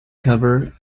cover